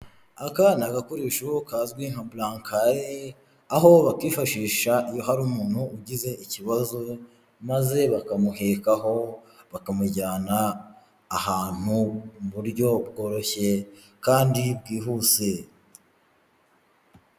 Aka ni agakoresho kazwi nka burankayi aho bakifashisha iyo hari umuntu ugize ikibazo maze bakamuhekaho bakamujyana ahantu mu buryo bworoshye kandi bwihuse.